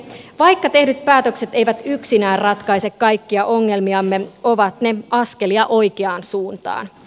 vaikka tehdyt päätökset eivät yksinään ratkaise kaikkia ongelmiamme ovat ne askelia oikeaan suuntaan